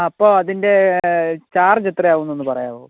അപ്പോൾ അതിൻ്റെ ചാർജ്ജ് എത്രയാവുമെന്നൊന്ന് പറയാമോ